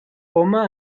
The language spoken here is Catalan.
poma